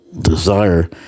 desire